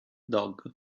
dog